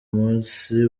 musi